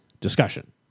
discussion